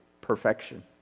perfection